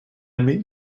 meet